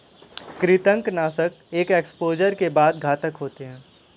कृंतकनाशक एक एक्सपोजर के बाद घातक होते हैं